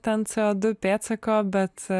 ten co du pėdsako bet